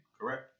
correct